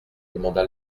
demanda